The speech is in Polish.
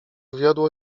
wiodło